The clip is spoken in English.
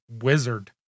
wizard